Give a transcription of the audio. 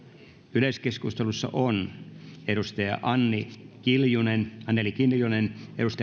yleiskeskustelussa on anneli kiljunen anneli kiljunen